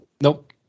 Nope